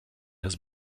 has